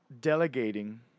delegating